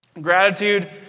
Gratitude